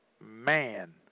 man